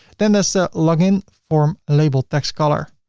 then that's a login form label text color.